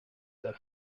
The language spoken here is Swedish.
där